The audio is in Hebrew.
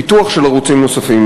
פיתוח של ערוצים נוספים,